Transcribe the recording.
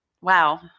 Wow